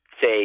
say